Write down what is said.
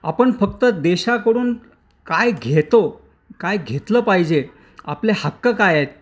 आपण फक्त देशाकडून काय घेतो काय घेतलं पाहिजे आपले हक्क काय आहेत